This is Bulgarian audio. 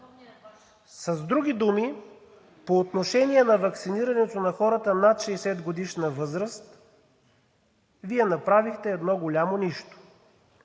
С други думи по отношение на ваксинирането на хората над 60-годишна възраст Вие направихте едно голямо нищо.